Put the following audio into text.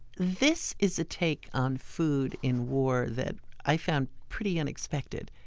this is a take on food in war that i found pretty unexpected.